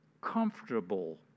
comfortable